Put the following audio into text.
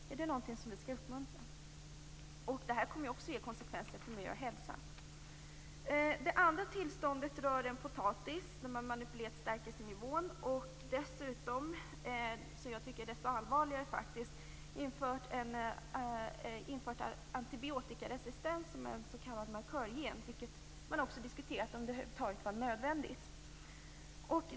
Är det något som vi skall uppmuntra? Det kommer också att ge konsekvenser för miljö och hälsa. Det andra tillståndet rör en potatis. Man har manipulerat stärkelsenivån och dessutom, vilket jag tycker är desto allvarligare, infört antibiotikaresistens som en s.k. markörgen. Det har diskuterats om det över huvud taget var nödvändigt.